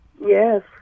Yes